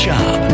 Job